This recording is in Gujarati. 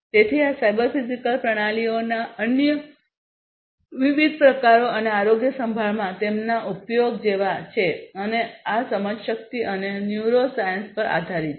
તેથી આ સાયબર ફિઝિકલ પ્રણાલીઓના અન્ય વિવિધ પ્રકારો અને આરોગ્યસંભાળમાં તેમના ઉપયોગ જેવા છે અને આ સમજશક્તિ અને ન્યુરોસાયન્સ પર આધારિત છે